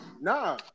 Nah